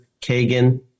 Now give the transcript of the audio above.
Kagan